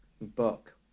book